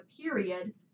period